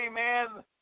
amen